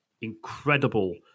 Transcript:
incredible